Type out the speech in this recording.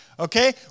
Okay